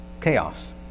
chaos